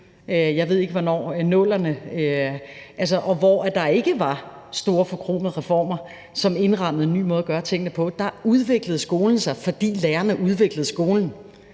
jeg ved ikke hvornår, 00'erne, og hvor der ikke var store forkromede reformer, som indrammede en ny måde at gøre tingene på. Der udviklede skolen sig, fordi lærerne udviklede skolen,